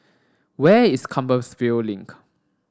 where is Compassvale Link